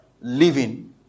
living